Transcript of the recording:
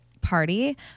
party